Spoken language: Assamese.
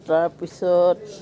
তাৰপিছত